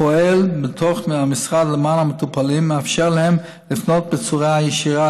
הפועל בתוך המשרד למען המטופלים ומאפשר להם לפנות בצורה ישירה